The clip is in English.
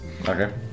Okay